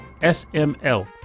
SML